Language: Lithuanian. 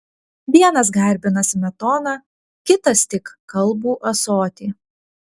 vienas garbina smetoną kitas tik kalbų ąsotį